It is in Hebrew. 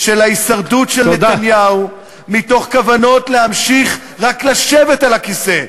של ההישרדות של נתניהו מתוך כוונות להמשיך רק לשבת על הכיסא,